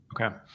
Okay